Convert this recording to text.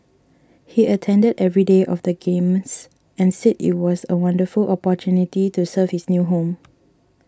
he attended every day of the Games and said it was a wonderful opportunity to serve his new home